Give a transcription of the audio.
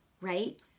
right